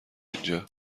اینجا